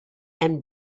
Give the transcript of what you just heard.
and